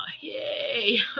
Yay